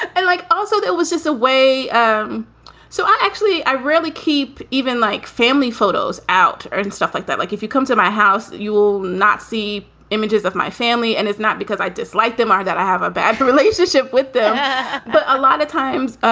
and. like also, there was just a way um so i actually i really keep even like family photos out and stuff like that. like if you come to my house you will not see images of my family. and it's not because i dislike them are that i have a bad relationship with them. but a lot of times,